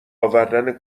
آوردن